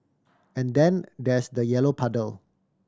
and then there's the yellow puddle